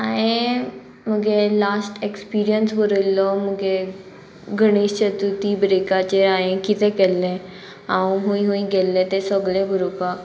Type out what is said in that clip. हांये मगे last experience बरयल्लो मुगे गणेश चतुर्ती ब्रेकाचेर हांयेन कितें केल्ले हांव हूंय हूंय गेल्ले ते सगले बरोवपाक